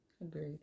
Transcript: Agreed